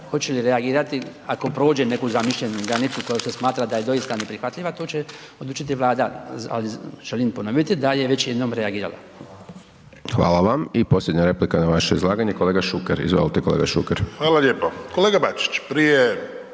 Hoće li reagirati ako prođe neku zamišljenu granicu koja se smatra da je doista neprihvatljiva, to će odlučiti Vlada, ali želim ponoviti da je već jednom reagirala. **Hajdaš Dončić, Siniša (SDP)** Hvala vam. I posljednja replika na vaše izlaganje, kolega Šuker, izvolite kolega Šuker. **Šuker, Ivan (HDZ)** Hvala lijepo. Kolega Bačić, prije